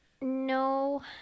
No